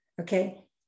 Okay